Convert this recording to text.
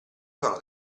sono